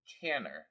Canner